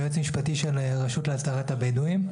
יועץ משפטי של הרשות להסדרת הבדואים.